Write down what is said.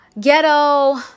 ghetto